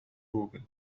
جوجل